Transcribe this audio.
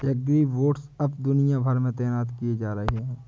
agribots अब दुनिया भर में तैनात किए जा रहे हैं